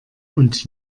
und